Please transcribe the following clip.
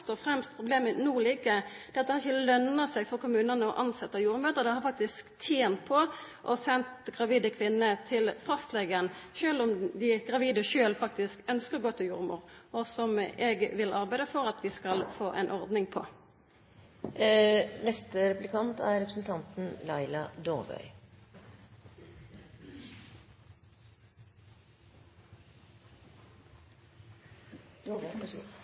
og fremst problemet no ligg – at det ikkje løner seg for kommunane å tilsetja jordmødrer. Dei har faktisk tent på å senda gravide kvinner til fastlegen, sjølv om dei gravide faktisk ønskjer å gå til jordmor. Dette vil eg arbeida for at vi skal få ei ordning på. Representanten Toppe og Senterpartiet har vært sterkt opptatt av lokalsykehusene. Mitt spørsmål er: Er representanten Toppe fornøyd med